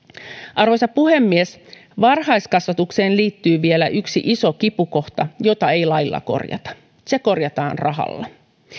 arvoisa puhemies varhaiskasvatukseen liittyy vielä yksi iso kipukohta jota ei lailla korjata se korjataan rahalla